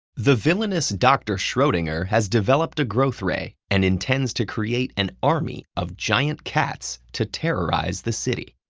the villainous dr. schrodinger has developed a growth ray and intends to create an army of giant cats to terrorize the city.